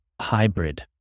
hybrid